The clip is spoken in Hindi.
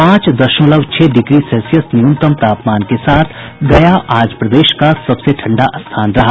पांच दशमलव छह डिग्री सेल्सियस न्यूनतम तापमान के साथ गया आज प्रदेश का सबसे ठंडा स्थान रहा